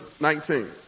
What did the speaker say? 19